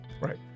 right